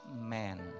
Man